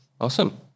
Awesome